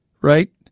right